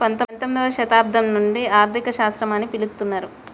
పంతొమ్మిదవ శతాబ్దం నుండి ఆర్థిక శాస్త్రం అని పిలుత్తున్నరు